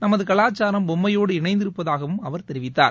நமதுகலாச்சாரம் பொம்மையோடு இணைந்திருப்பதாகவும் அவர் தெரிவித்தார்